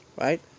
right